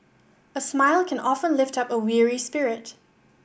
a smile can often lift up a weary spirit